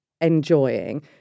enjoying